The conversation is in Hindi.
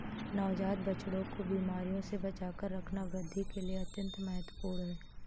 नवजात बछड़ों को बीमारियों से बचाकर रखना वृद्धि के लिए अत्यंत महत्वपूर्ण है